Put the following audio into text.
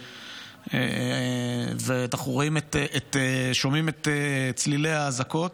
ואנחנו שומעים את צלילי האזעקות.